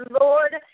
Lord